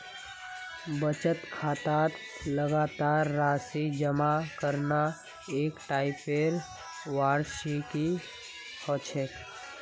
बचत खातात लगातार राशि जमा करना एक टाइपेर वार्षिकी ह छेक